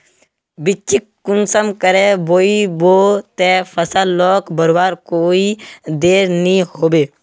बिच्चिक कुंसम करे बोई बो ते फसल लोक बढ़वार कोई देर नी होबे?